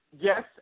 yes